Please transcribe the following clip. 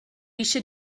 eisiau